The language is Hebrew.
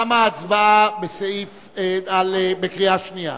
תמה ההצבעה בקריאה שנייה.